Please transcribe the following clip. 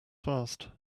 fast